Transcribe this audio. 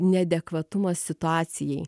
neadekvatumas situacijai